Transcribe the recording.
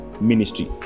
ministry